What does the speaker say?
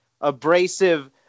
abrasive